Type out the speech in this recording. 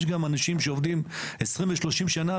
יש גם אנשים שעובדים 20 ו-30 שנה,